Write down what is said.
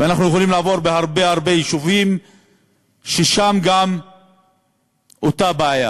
ואנחנו יכולים לעבור בהרבה הרבה יישובים שגם בהם אותה בעיה.